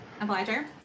Obliger